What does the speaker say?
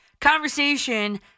conversation